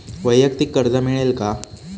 वैयक्तिक कर्ज मिळेल का?